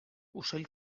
ocell